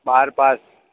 બાર pass